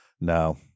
No